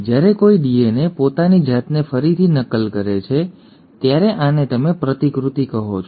જ્યારે કોઈ ડીએનએ પોતાની જાતને ફરીથી નકલ કરે છે ત્યારે આને તમે પ્રતિકૃતિ કહો છો